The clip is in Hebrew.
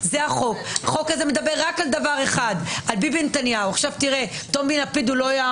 הוועדה הזו מכוח סעיף 80 לתקנון גם יכולה ליזום